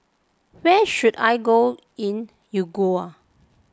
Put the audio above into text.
where should I go in Uruguay